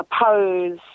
oppose